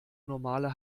normale